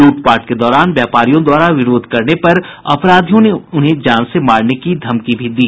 लूटपाट के दौरान व्यवसायियो द्वारा विरोध करने पर अपराधियो ने उन्हें जान से मारने की धमकी भी दी